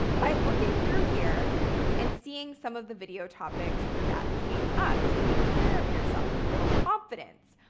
by looking through here and seeing some of the video topics that came up, taking care of yourself, build confidence.